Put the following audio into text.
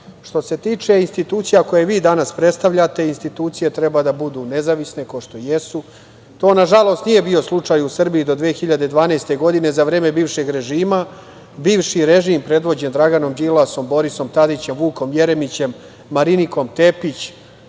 se tiče institucija koje vi danas predstavljate, institucije treba da budu nezavisne, kao što jesu. To, nažalost, nije bio slučaj u Srbiji do 2012. godine, za vreme bivšeg režima. Bivši režim predvođen Draganom Đilasom, Borisom Tadićem, Vukom Jeremićem, Marinikom Tepić,